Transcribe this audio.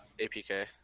APK